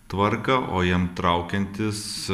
tvarką o jiem traukiantis